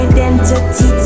Identity